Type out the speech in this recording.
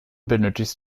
benötigst